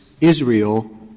Israel